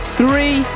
three